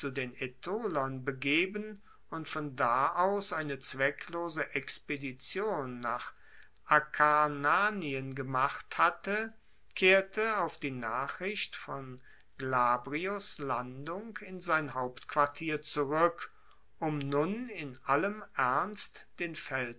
den aetolern begeben und von da aus eine zwecklose expedition nach akarnanien gemacht hatte kehrte auf die nachricht von glabrios landung in sein hauptquartier zurueck um nun in allem ernst den